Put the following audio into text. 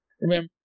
Remember